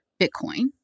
Bitcoin